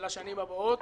לשנים הבאות.